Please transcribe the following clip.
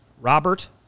Robert